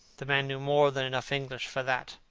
the man knew more than enough english for that.